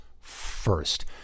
first